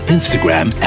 Instagram